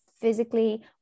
physically